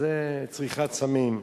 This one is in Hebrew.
זה צריכת סמים.